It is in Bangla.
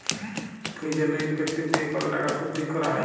ফিজ এল্ড ইফেক্টিভ দিঁয়ে কল টাকার সুদ ঠিক ক্যরা হ্যয়